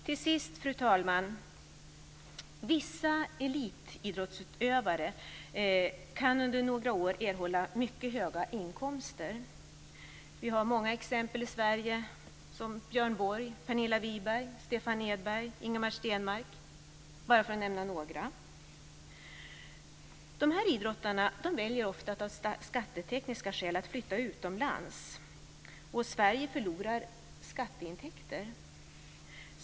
Till sist, fru talman, kan vissa elitidrottsutövare under några år erhålla mycket höga inkomster. Vi har många exempel i Sverige: Björn Borg, Pernilla Wiberg, Stefan Edberg och Ingemar Stenmark, för att bara nämna några. De här idrottarna väljer ofta av skattetekniska skäl att flytta utomlands, och Sverige förlorar skatteintäkter.